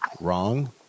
wrong